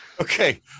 okay